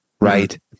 right